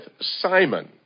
Simon